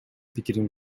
пикирин